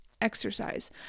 exercise